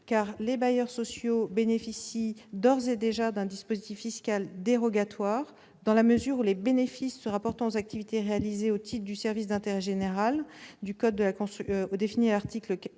Les bailleurs sociaux bénéficient d'ores et déjà d'un dispositif fiscal dérogatoire, dans la mesure où les bénéfices se rapportant aux activités réalisées au titre du service d'intérêt général défini à l'article L.